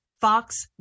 Fox